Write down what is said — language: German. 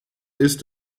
ist